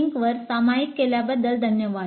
com वर सामायिक केल्याबद्दल धन्यवाद